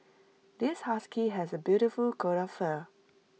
this husky has A beautiful coat of fur